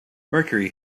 mercury